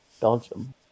Belgium